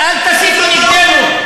תסתכל לצד ההוא.